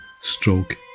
stroke